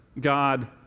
God